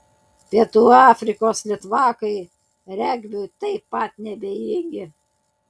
pietų afrikos litvakai regbiui taip pat neabejingi